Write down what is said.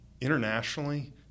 internationally